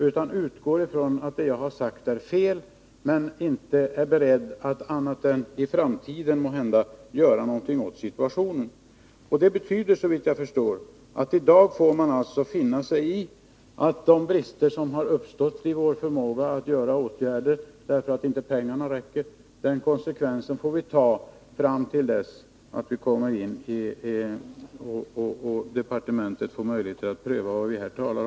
Hon utgår bara från att vad jag har sagt är fel, men hon är inte beredd att nu — möjligen i framtiden — göra något åt situationen. Det betyder, såvitt jag förstår, att i dag får man finna sig i att vi inte kan vidta åtgärder därför att pengarna inte räcker. Den situationen får vi acceptera fram till dess att departementet får möjlighet att pröva frågorna.